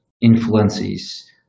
influences